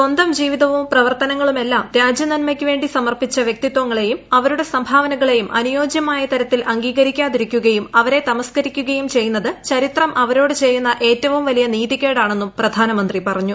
സ്വന്തം ജീവിതവും പ്രവർത്തനങ്ങളുമെല്ലാം രാജ്യ നന്മക്കു വേണ്ടി സ്ഥർപ്പിച്ച് വൃക്തിത്വങ്ങളെയും അവരുടെ സംഭാവനകളെയും തരത്തിൽ അംഗീകരിക്കാതിരിക്കുകയും അവരെ തമസ്കരിക്കുകയും ചെയ്യുന്നത് ചരിത്രം അവരോട് ചെയ്യുന്ന ഏറ്റവും വലിയ നീതി കേടാണെന്നും പ്രധാനമന്ത്രി പറഞ്ഞു